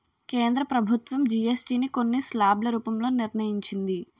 కేంద్ర ప్రభుత్వం జీఎస్టీ ని కొన్ని స్లాబ్ల రూపంలో నిర్ణయించింది